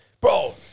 Bro